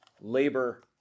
labor